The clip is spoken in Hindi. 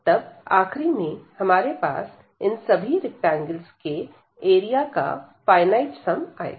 तब आखरी में हमारे पास इन सभी रैक्टेंगल्स के एरिया का फाइनाइट सम आएगा